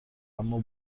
اما